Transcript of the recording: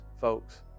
folks